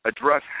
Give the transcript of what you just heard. address